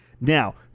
Now